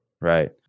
Right